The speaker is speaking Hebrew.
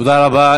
תודה רבה.